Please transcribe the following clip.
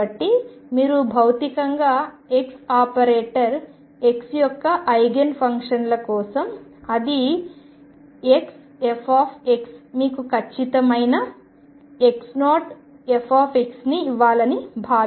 కాబట్టి మీరు భౌతికంగా x ఆపరేటర్ x యొక్క ఐగెన్ ఫంక్షన్ల కోసం అది xf మీకు ఖచ్చితమైన x0f ని ఇవ్వాలని భావించవచ్చు